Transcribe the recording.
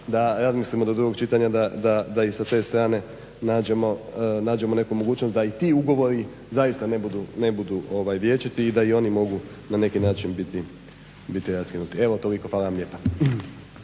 da razmislimo do drugog čitanja. Da i sa te strane nađemo neku mogućnost da i ti ugovori zaista ne budu vječiti i da i oni mogu na neki način biti raskinuti. Evo toliko. Hvala vam lijepa.